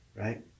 Right